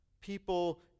People